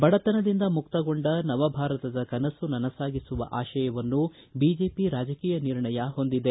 ಬಡತನದಿಂದ ಮುಕ್ತಗೊಂಡ ನವಭಾರತದ ಕನಸು ನನಸಾಗಿಸುವ ಆಶಯವನ್ನು ಬಿಜೆಪಿ ರಾಜಕೀಯ ನಿರ್ಣಯ ಹೊಂದಿದೆ